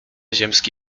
ziemski